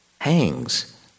hangs